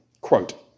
Quote